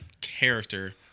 character